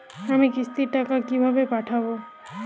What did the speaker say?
আমি কিস্তির টাকা কিভাবে পাঠাব?